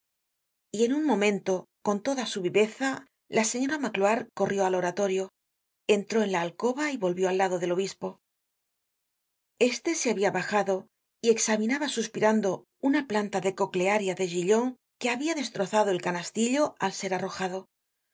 y en un momento con toda su viveza la señora magloire corrió al oratorio entró en la alcoba y volvió al lado del obispo este se habia bajado y examinaba suspirando una planta de coclearia de gillons que habia destrozado el canastillo al ser arrojado